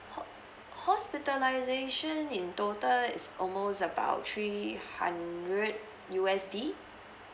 ho~ hospitalisation in total it's almost about three hundred U_S_D